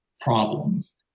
problems